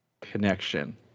connection